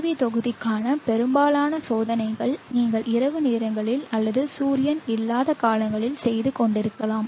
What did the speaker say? we தொகுதிக்கான பெரும்பாலான சோதனைகள் நீங்கள் இரவு நேரங்களில் அல்லது சூரியன் இல்லாத காலங்களில் செய்து கொண்டிருக்கலாம்